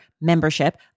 membership